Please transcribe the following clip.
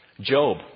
Job